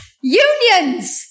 Unions